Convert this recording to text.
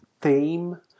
theme